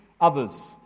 others